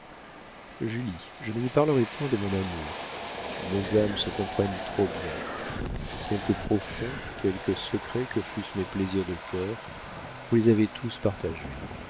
julie je ne vous parlerai point de mon amour nos âmes se comprennent trop bien quelque profonds quelque secrets que fussent mes plaisirs de cœur vous les avez tous partagés